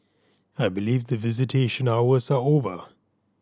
I believe the visitation hours are over